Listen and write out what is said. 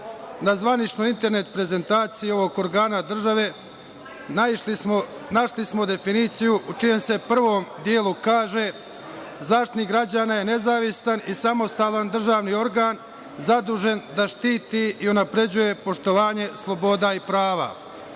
zvaničnoj internet prezentaciji ovog organa države našli smo definiciju u čijem se prvom delu kaže, Zaštitnik građana je nezavistan i samostalan državni organ zadužen da štiti i unapređuje poštovanje sloboda i prava.